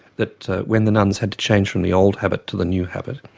that when the nuns had to change from the old habit to the new habit,